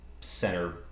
center